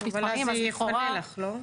אז זה יפנה לך, לא?